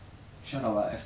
one